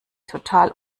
total